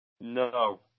No